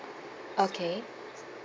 okay